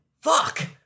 Fuck